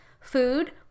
food